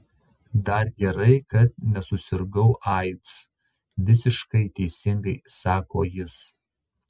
dar gerai kad nesusirgau aids visiškai teisingai sako jis